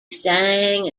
sang